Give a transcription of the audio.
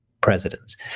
presidents